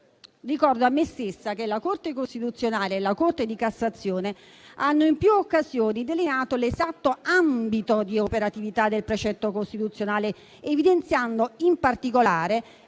Ricordo a me stessa che la Corte costituzionale e la Corte di cassazione hanno in più occasioni delineato l'esatto ambito di operatività del precetto costituzionale, evidenziando in particolare